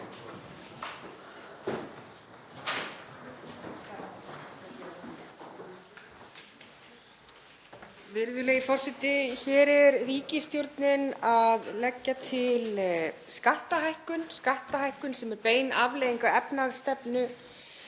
Virðulegi forseti. Hér er ríkisstjórnin að leggja til skattahækkun, sem er bein afleiðing af efnahagsstefnu